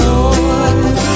Lord